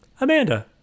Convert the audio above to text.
amanda